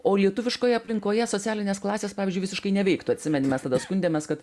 o lietuviškoje aplinkoje socialinės klasės pavyzdžiui visiškai neveiktų atsimeni mes tada skundėmės kad